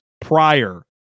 prior